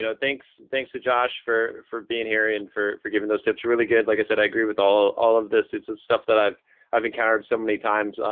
yeah thanks thanks to josh for for being here and for for giving those tips. really good, like i said, i agree with all all of this. this is stuff that i've i've encountered so many times.